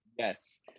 Yes